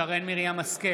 שרן מרים השכל,